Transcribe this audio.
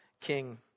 King